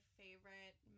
favorite